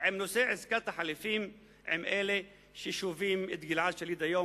עם נושא עסקת החילופים עם אלה ששובים את גלעד שליט היום.